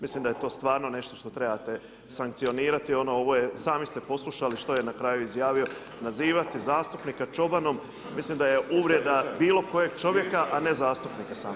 Mislim da je stavio nešto što trebate sankcionirati, ovo je sami ste poslušali što je na kraju izjavio, nazivati zastupnika čobanom, mislim da je uvreda bilo kojeg čovjeka, a ne zastupnika samo